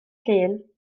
llun